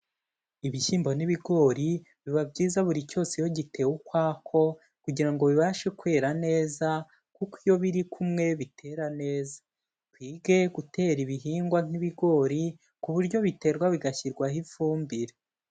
Ibishyimbo n'ibigori biba byiza buri cyose iyo gite ukwako kugira ngo bibashe kwera neza, kuko iyo biri kumwe bitera neza. Twige gutera ibihingwa nk'ibigori ku buryo biterwa bigashyirwaho ifumbire.